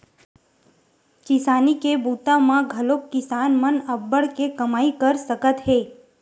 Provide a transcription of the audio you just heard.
किसानी के बूता म घलोक किसान मन अब्बड़ के कमई कर सकत हे